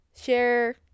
share